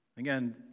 Again